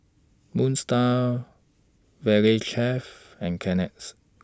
Moon STAR Valley Chef and Kleenex